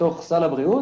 בתוך סל הבריאות,